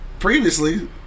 Previously